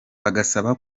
bagasaba